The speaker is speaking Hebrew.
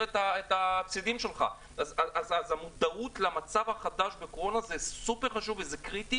את ה --- אז המודעות למצב החדש בקורונה זה סופר-חשוב וזה קריטי.